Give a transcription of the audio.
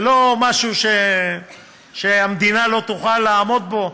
זה לא משהו שהמדינה לא תוכל לעמוד בו.